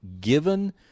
given